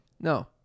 No